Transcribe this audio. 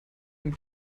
dem